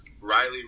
Riley